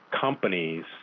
companies